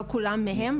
לא כולם מהם,